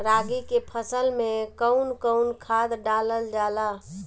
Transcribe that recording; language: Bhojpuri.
रागी के फसल मे कउन कउन खाद डालल जाला?